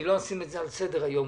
אני לא אשים את זה על סדר היום,